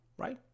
Right